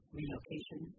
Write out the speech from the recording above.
relocation